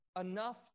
enough